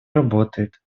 работает